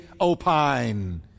opine